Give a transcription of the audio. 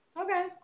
Okay